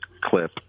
clip